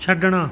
ਛੱਡਣਾ